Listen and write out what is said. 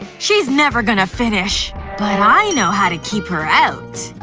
she's never gonna finish. but i know how to keep her out!